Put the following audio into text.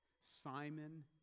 Simon